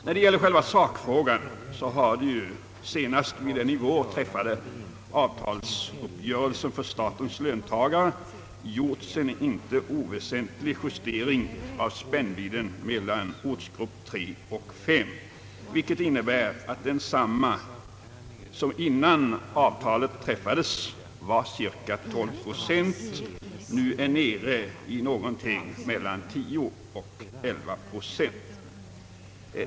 När det gäller själva sakfrågan har det ju senast vid den i vår träffade avtalsuppgörelsen för statens löntagare gjorts en inte oväsentlig justering av spännvidden mellan ortsgrupp 3 och ortsgrupp 5. Justeringen innebär att spännvidden, som var cirka 12 procent innan avtalet träffades, nu är nere i någonting mellan 10 och 11 procent.